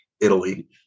Italy